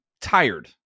tired